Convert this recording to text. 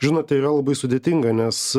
žinote yra labai sudėtinga nes